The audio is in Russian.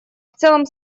целом